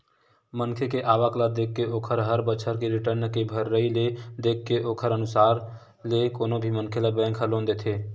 मनखे के आवक ल देखके ओखर हर बछर के रिर्टन के भरई ल देखके ओखरे अनुसार ले कोनो भी मनखे ल बेंक ह लोन देथे